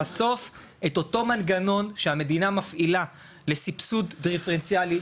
בסוף את אותו מנגנון שהמדינה מפעילה לסבסוד דיפרנציאלי,